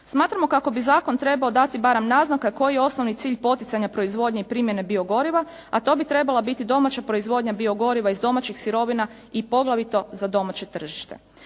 Smatramo kako bi zakon trebao dati barem naznake koji je osnovni cilj poticanja proizvodnje i primjene biogoriva, a to bi trebala biti domaća proizvodnja biogoriva iz domaćih sirovina i poglavito za domaće tržište.